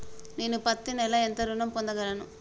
నేను పత్తి నెల ఎంత ఋణం పొందగలను?